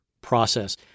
process